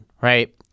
right